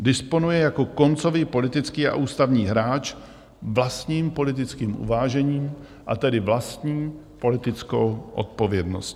Disponuje jako koncový politický a ústavní hráč vlastním politickým uvážením, a tedy vlastní politickou odpovědnostní.